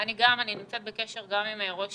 אני גם נמצאת בקשר עם ראש